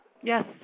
Yes